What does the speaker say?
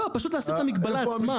לא, פשוט להסיר את המגבלה עצמה.